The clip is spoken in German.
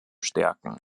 stärken